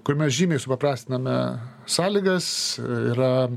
kur mes žymiai supaprastiname sąlygas yra